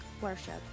worship